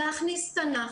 להכניס תנ"ך,